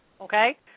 okay